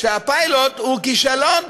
שהפיילוט הוא כישלון.